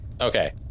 Okay